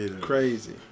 Crazy